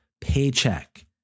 paycheck